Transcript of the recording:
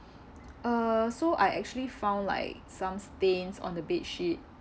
uh so I actually found like some stains on the bed sheet